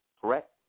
Correct